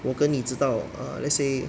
我跟你知道 err let's say